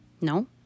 No